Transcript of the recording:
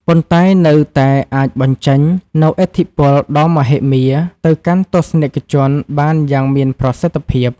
ប៉ុន្តែនៅតែអាចបញ្ចេញនូវឥទ្ធិពលដ៏មហិមាទៅកាន់ទស្សនិកជនបានយ៉ាងមានប្រសិទ្ធភាព។